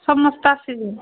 ସମସ୍ତେ ଆସିବେ